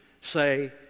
say